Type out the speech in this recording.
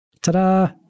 Ta-da